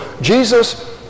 Jesus